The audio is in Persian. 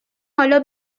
حالا